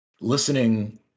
listening